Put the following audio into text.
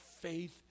faith